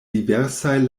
diversaj